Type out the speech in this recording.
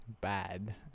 bad